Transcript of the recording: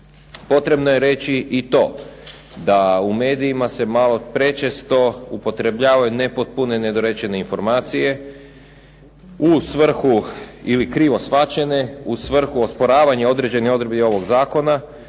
Potrebno je reći i to da u medijima se malo prečesto upotrebljavaju nepotpune, nedorečene informacije ili krivo shvaćene, u svrhu osporavanja određenih odredbi ovog zakona